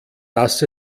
dass